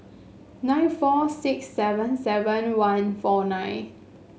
nine four six seven seven one four nine